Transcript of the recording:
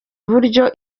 uburyo